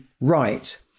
right